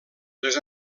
les